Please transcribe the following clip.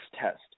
test